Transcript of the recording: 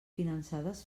finançades